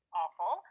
awful